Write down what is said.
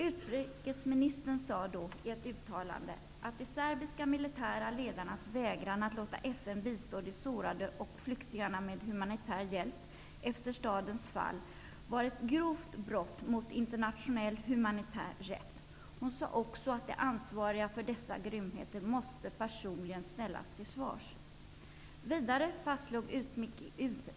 Utrikesministern sade då i ett uttalande att de serbiska militära ledarnas vägran att låta FN bistå de sårade och flyktingarna med humanitär hjälp efter stadens fall var ett grovt brott mot internationell humanitär rätt. Hon sade också att de ansvariga för dessa grymheter måste personligen ställas till svars.